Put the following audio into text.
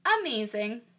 amazing